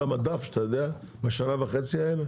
המדף שאתה יודע עליו בשנה וחצי האלו,